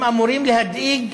הם אמורים להדאיג